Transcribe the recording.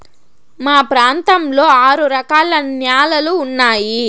మా ప్రాంతంలో ఆరు రకాల న్యాలలు ఉన్నాయి